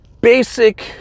basic